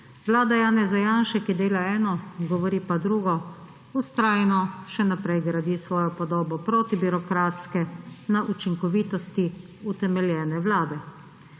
Vlada Janeza Janše, ki dela eno, govori pa drugo, vztrajno še naprej gradi svojo podobo protibirokratske, na učinkovitosti utemeljene vlade.